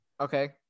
Okay